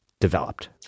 developed